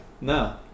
No